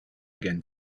again